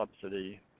subsidy